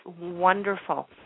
wonderful